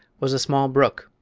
was a small brook,